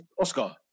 Oscar